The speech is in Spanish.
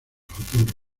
futuro